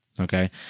Okay